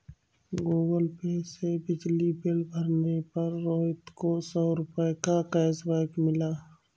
Google Pay से बिजली bill भरने पर रोहित को सौ रूपए का कैशबैक मिला